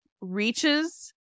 reaches